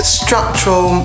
structural